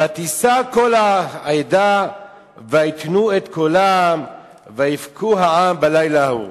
ותישא כל העדה וייתנו את קולם ויבכו העם בלילה ההוא.